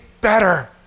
better